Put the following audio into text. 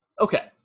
Okay